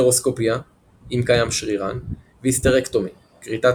היסטרוסקופיה אם קיים שרירן והיסטרקטומי כריתת